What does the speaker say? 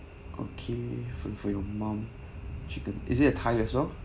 okay for for your mom chicken is it a thigh as well